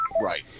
right